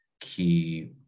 key